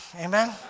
Amen